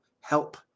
help